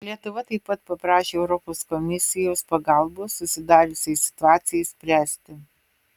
lietuva taip pat paprašė europos komisijos pagalbos susidariusiai situacijai spręsti